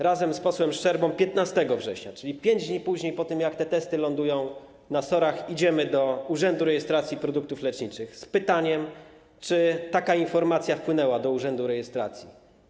Razem z posłem Szczerbą 15 września, czyli 5 dni po tym, jak te testy lądują na SOR-ach, idziemy do urzędu rejestracji produktów leczniczych z pytaniem, czy taka informacja wpłynęła do urzędu rejestracji.